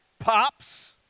pops